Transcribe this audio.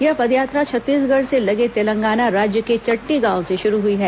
यह पदयात्रा छत्तीसगढ़ से लगे तेलंगाना राज्य के चट्टी गांव से शुरू हुई है